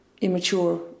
immature